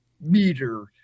meter